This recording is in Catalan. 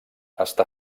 està